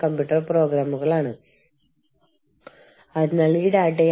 international labour organisation